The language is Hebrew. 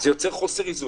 זה יוצר חוסר איזון.